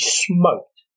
smoked